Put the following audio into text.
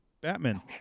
Batman